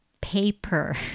paper